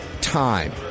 time